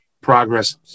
Progress